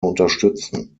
unterstützen